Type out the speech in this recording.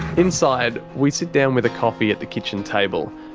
inside, we sit down with a coffee at the kitchen table.